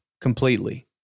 completely